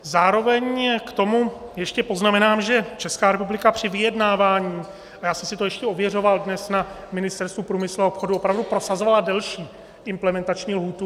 Zároveň k tomu ještě poznamenám, že Česká republika při vyjednávání já jsem si to ještě ověřoval dnes na Ministerstvu průmyslu a obchodu opravdu prosazovala delší implementační lhůtu.